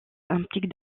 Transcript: implique